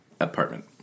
apartment